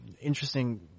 interesting